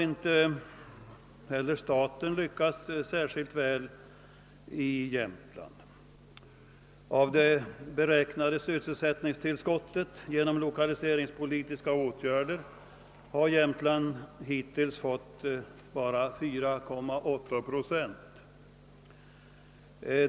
Inte heller staten har lyckats särskilt väl i Jämtland. Av det beräknade sys selsättningstillskottet genom lokaliseringspolitiska åtgärder har Jämtland hittills endast fått 4,8 procent.